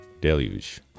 deluge